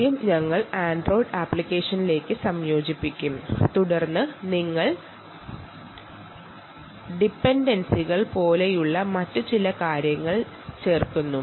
ആദ്യം ഞങ്ങൾ ആൻഡ്രോയ്ഡ് അപ്ലിക്കേഷനിലേക്ക് ഇതിനെ ഇൻറ്റഗ്രേറ്റ് ചെയ്യും തുടർന്ന് നിങ്ങൾക്ക് ഇതിലേക്ക് ഡിപൻഡൻസികൾ ആഡ് ചെയ്യാം